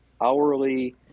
hourly